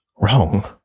wrong